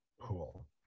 pool